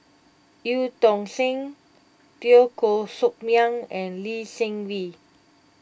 Eu Tong Sen Teo Koh Sock Miang and Lee Seng Wee